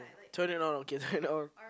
turn it around okay right now